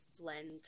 blend